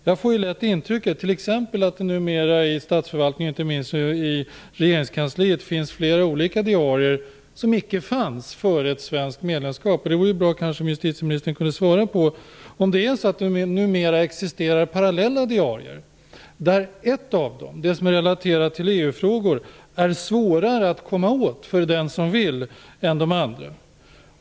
Jag får lätt intrycket att det numera i statsförvaltningen, inte minst i regeringskansliet, finns flera olika diarier som icke fanns före ett svenskt medlemskap. Det vore bra om justitieministern kunde svara på om det numera existerar parallella diarier, där ett av dem, det som är relaterat till EU-frågor, är svårare att komma åt för den som vill än de andra.